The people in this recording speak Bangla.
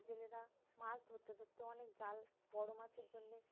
জেলেরা মাছ ধরতে ধরতে অনেক জাল বড় মাছের জন্যে